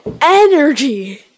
energy